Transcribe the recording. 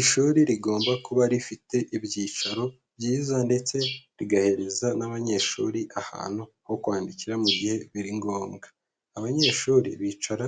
Ishuri rigomba kuba rifite ibyicaro byiza ndetse rigahereza n'abanyeshuri ahantu ho kwandikira mu gihe biri ngombwa, abanyeshuri bicara